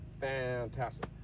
fantastic